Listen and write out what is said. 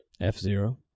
F-Zero